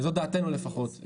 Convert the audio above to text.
זאת דעתנו לפחות,